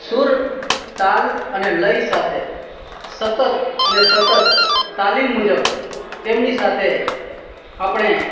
સૂર તાલ આને લય સાથે સતત અને સતત તાલીમ મુજબ તેમની સાથે આપણે